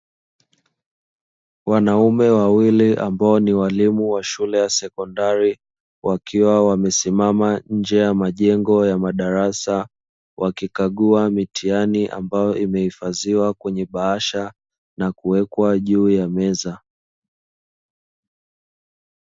Wanaume wawili ambao ni walimu wa shule ya sekondari, wakiwa wamesimama nje ya majengo ya madarasa, wakikagua mitihani ambayo imehifadhiwa kwenye bahasha na kuwekwa juu ya meza.